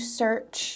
search